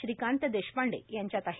श्रीकांत देशपांडे यांच्यात आहे